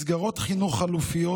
מסגרות חינוך חלופיות